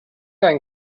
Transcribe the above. ein